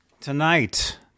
Tonight